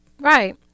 Right